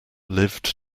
lived